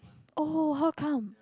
oh how come